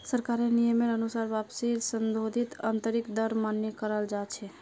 सरकारेर नियमेर अनुसार वापसीर संशोधित आंतरिक दर मान्य कराल जा छे